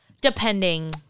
depending